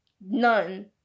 none